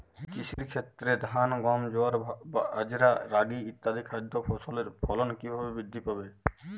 কৃষির ক্ষেত্রে ধান গম জোয়ার বাজরা রাগি ইত্যাদি খাদ্য ফসলের ফলন কীভাবে বৃদ্ধি পাবে?